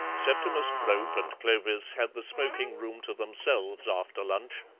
septimus brope and clovis had the smoking-room to themselves after lunch.